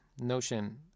notion